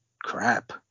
crap